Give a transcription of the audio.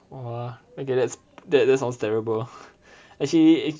!wah! okay that's that that sounds terrible actually